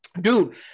Dude